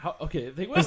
Okay